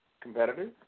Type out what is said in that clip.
competitors